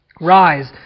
Rise